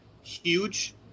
huge